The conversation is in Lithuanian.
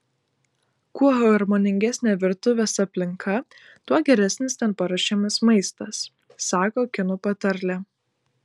kuo harmoningesnė virtuvės aplinka tuo geresnis ten paruošiamas maistas sako kinų patarlė